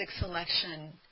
selection